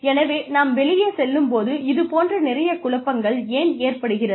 எனவே நாம் வெளியே செல்லும் போது இது போன்ற நிறையக் குழப்பங்கள் ஏன் ஏற்படுகிறது